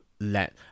let